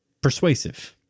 persuasive